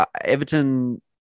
Everton